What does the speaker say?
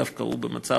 דווקא הוא במצב